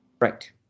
Right